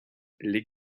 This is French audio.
les